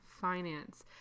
finance